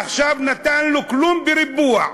עכשיו הוא נתן לו כלום בריבוע.